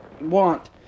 want